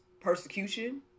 persecution